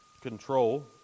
control